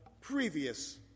previous